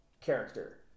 character